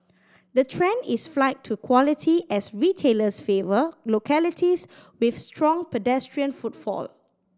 the trend is flight to quality as retailers favour localities with strong pedestrian footfall